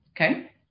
Okay